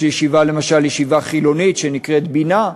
יש, למשל, ישיבה חילונית שנקראת "בינה".